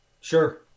Sure